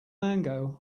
mango